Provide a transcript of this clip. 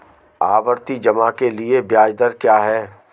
आवर्ती जमा के लिए ब्याज दर क्या है?